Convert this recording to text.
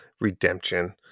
Redemption